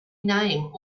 name